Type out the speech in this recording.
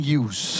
use